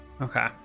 okay